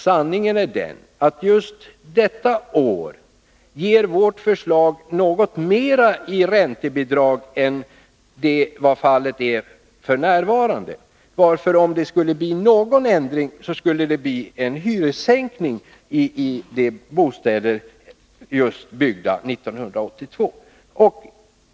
Sanningen är den att just detta år ger vårt förslag något mera i räntebidrag än vad fallet är f. n. Om det skulle bli någon ändring skulle det i så fall bli en hyressänkning i bostäder byggda 1982.